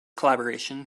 collaboration